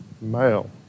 male